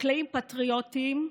חקלאים פטריוטים,